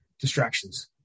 distractions